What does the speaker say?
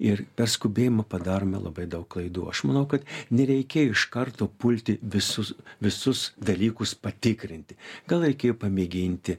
ir per skubėjimą padarome labai daug klaidų aš manau kad nereikėjo iš karto pulti visus visus dalykus patikrinti gal reikėjo pamėginti